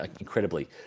incredibly